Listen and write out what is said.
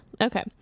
okay